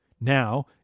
Now